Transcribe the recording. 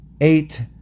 eight